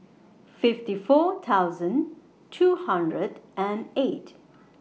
fifty four thousand two hundred and eight